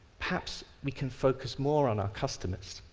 perhaps we can focus more on our customers.